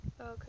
Okay